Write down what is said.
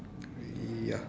ya